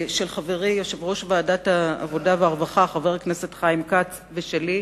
של חברי יושב-ראש ועדת העבודה והרווחה חבר הכנסת חיים כץ ושלי,